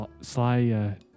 Sly